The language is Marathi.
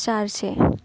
चारशे